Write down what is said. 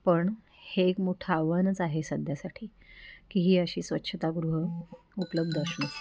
पण हे एक मोठं आव्हानच आहे सध्यासाठी की ही अशी स्वच्छतागृह उपलब्ध असणं